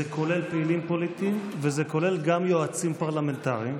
זה כולל פעילים פוליטיים וזה כולל גם יועצים פרלמנטריים,